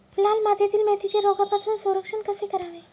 लाल मातीतील मेथीचे रोगापासून संरक्षण कसे करावे?